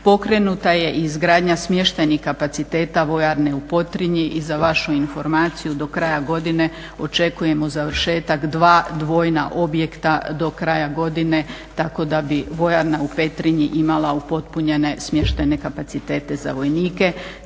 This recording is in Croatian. Pokrenuta je i izgradnja smještajnih kapaciteta vojarne u Potrinji i za vašu informaciju do kraja godine očekujemo završetak dva dvojna objekta do kraja godine. Tako da bi vojarna u Petrinji imala upotpunjene smještajne kapacitete za vojnike.